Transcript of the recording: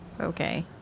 okay